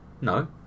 No